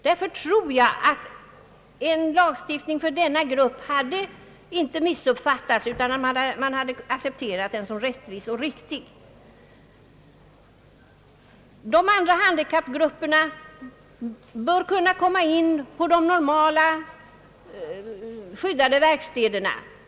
Därför tror jag att en lagstiftning för denna grupp inte hade missuppfattats, utan man hade accepterat den som rättvis och riktig. De andra handikappade grupperna bör kunna komma in på de normala skyddade verkstäderna.